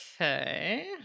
okay